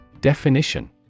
Definition